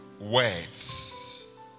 words